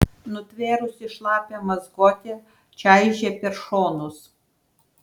nutvėrusi šlapią mazgotę čaižė per šonus